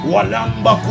Walamba